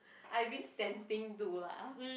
I've been tempting to lah